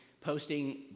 posting